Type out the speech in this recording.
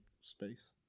space